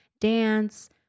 dance